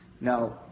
Now